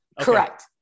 Correct